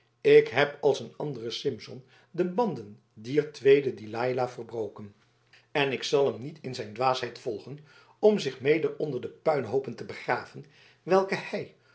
ik heb als een andere simson de banden dier tweede delila verbroken en ik zal hem niet in zijn dwaasheid volgen om zich mede onder de puinhoopen te begraven welke hij